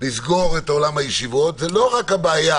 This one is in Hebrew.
לסגור את עולם הישיבות, זה לא רק הבעיה